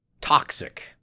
toxic